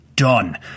Done